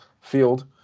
field